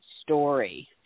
story